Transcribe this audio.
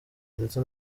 ndetse